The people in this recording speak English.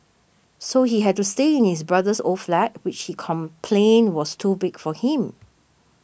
so he had to stay in his brother's old flat which he complained was too big for him